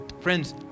Friends